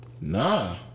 Nah